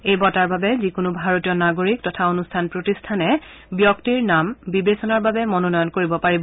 এই বঁটাৰ বাবে যিকোনো ভাৰতীয় নাগৰিক তথা অনুষ্ঠান প্ৰতিষ্ঠানে ব্যক্তিৰ নাম বিবেচনাৰ বাবে মনোনয়ন কৰিব পাৰিব